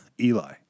eli